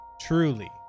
truly